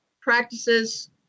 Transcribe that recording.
practices